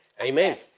Amen